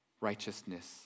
righteousness